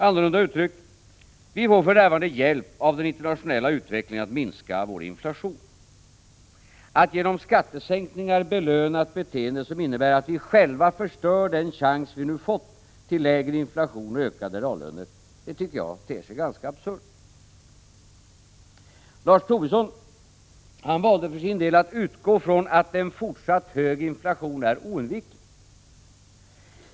Annorlunda uttryckt: Vi får för närvarande hjälp av den internationella utvecklingen att minska vår inflation. Att genom skattesänkningar belöna ett beteende som innebär att vi själva förstör den chans vi nu fått till lägre inflation och reallöneökningar tycker jag ter sig ganska absurt. Lars Tobisson valde för sin del att utgå från att en fortsatt hög inflation är oundviklig.